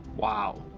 wow.